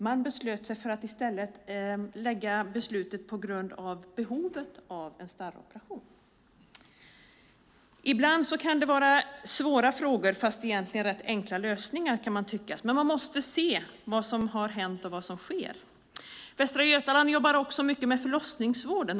Man beslöt sig för att i stället basera beslutet på behovet av en starroperation. Ibland kan svåra frågor ha enkla lösningar, kan man tycka, men man måste se vad som har hänt och vad som sker. Västra Götaland jobbar också mycket med förlossningsvården.